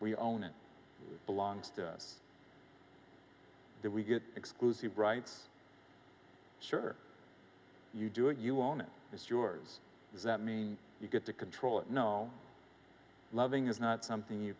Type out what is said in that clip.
we own it belongs to us we get exclusive rights sure you do it you own it it's yours that means you get to control it no loving is not something you